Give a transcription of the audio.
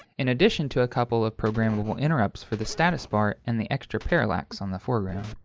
in addition to a couple of programmable interrupts for the status bar and the extra parallax on the foreground.